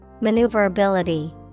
Maneuverability